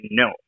no